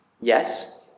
Yes